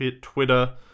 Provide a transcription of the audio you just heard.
Twitter